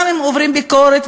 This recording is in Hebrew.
גם אם מעבירים ביקורת,